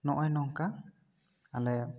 ᱱᱚᱜᱼᱚᱭ ᱱᱚᱝᱠᱟ ᱟᱞᱮ